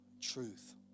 truth